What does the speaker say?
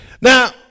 Now